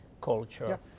culture